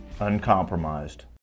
uncompromised